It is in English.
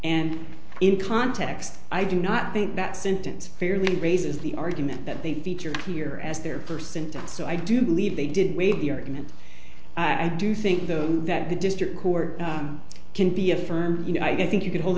and in context i do not think that sentence fairly raises the argument that they feature here as their person does so i do believe they did waive the argument i do think though that the district court can be affirmed you know i think you could hold